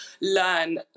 learn